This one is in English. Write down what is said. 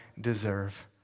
deserve